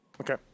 Okay